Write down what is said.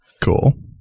Cool